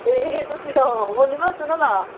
ए Susmita पूर्णिमा